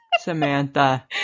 samantha